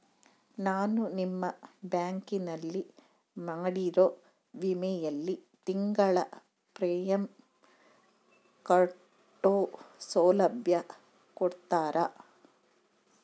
ನಾನು ನಿಮ್ಮ ಬ್ಯಾಂಕಿನಲ್ಲಿ ಮಾಡಿರೋ ವಿಮೆಯಲ್ಲಿ ತಿಂಗಳ ಪ್ರೇಮಿಯಂ ಕಟ್ಟೋ ಸೌಲಭ್ಯ ಕೊಡ್ತೇರಾ?